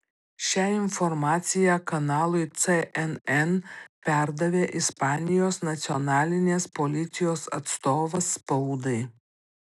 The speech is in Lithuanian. šią informaciją kanalui cnn perdavė ispanijos nacionalinės policijos atstovas spaudai